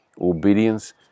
Obedience